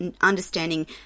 understanding